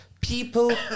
People